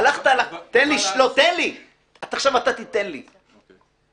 הלכת ------ עכשיו אתה תיתן לי כי